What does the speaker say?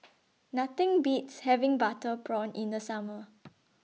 Nothing Beats having Butter Prawn in The Summer